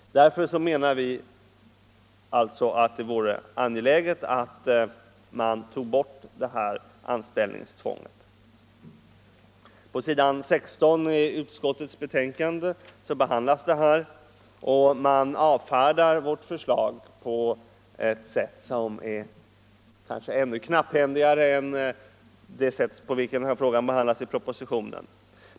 Därför menar vi att det är angeläget att ta bort anställningstvånget. På s. 16 i utskottets betänkande behandlas den här frågan. Utskottsmajoriteten avfärdar vårt förslag ännu knapphändigare än det sätt på vilket frågan behandlas i propositionen.